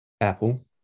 Apple